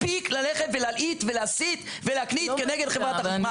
מספיק ללכת ולהלעיט ולהסית ולהקניט כנגד חברת החשמל.